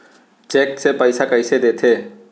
Cheque से पइसा कइसे देथे?